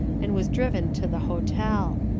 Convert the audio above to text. and was driven to the hotel.